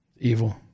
evil